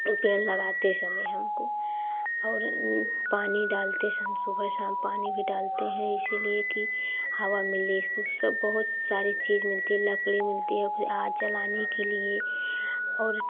पेड़ लगाते समय हमको और पानी डालते सन सुबह शाम पानी भी डालते हैं इसीलिए कि हवा मिले इसको सब बहुत सारी चीज़ मिलती है लकड़ी मिलती है कि आग जलाने के लिए और